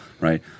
right